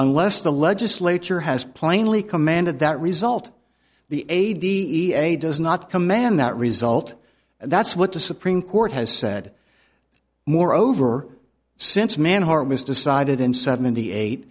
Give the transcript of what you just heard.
unless the legislature has plainly commanded that result the a da does not command that result and that's what the supreme court has said moreover since manhart was decided in seventy eight